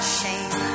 shame